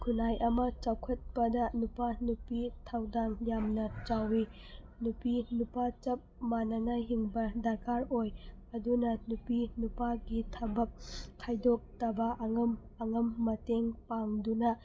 ꯈꯨꯟꯅꯥꯏ ꯑꯃ ꯆꯥꯎꯈꯠꯄꯗ ꯅꯨꯄꯥ ꯅꯨꯄꯤ ꯊꯧꯗꯥꯡ ꯌꯥꯝꯅ ꯆꯥꯎꯋꯤ ꯅꯨꯄꯤ ꯅꯨꯄꯥ ꯆꯞ ꯃꯥꯟꯅꯅ ꯍꯤꯡꯕ ꯗꯔꯀꯥꯔ ꯑꯣꯏ ꯑꯗꯨꯅ ꯅꯨꯄꯤ ꯅꯨꯄꯥꯒꯤ ꯊꯕꯛ ꯈꯥꯏꯗꯣꯛꯇꯕ ꯑꯉꯝ ꯑꯉꯝ ꯃꯇꯦꯡ ꯄꯥꯡꯗꯨꯅ